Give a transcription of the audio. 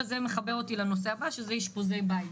וזה מחבר אותי לנושא הבא שזה אשפוזי בית.